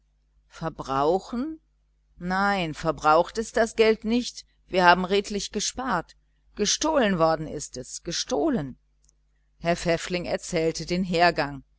verbrauchen nein verbraucht ist das geld nicht wir haben redlich gespart gestohlen ist es gestohlen herr pfäffling erzählte den hergang